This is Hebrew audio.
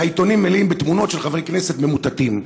והעיתונים מלאים בתמונות של חברי כנסת ממוטטים.